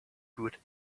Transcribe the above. good